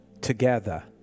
together